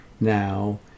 now